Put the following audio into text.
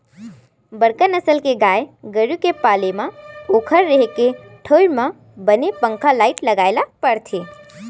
बड़का नसल के गाय गरू के पाले म ओखर रेहे के ठउर म बने पंखा, लाईट लगाए ल परथे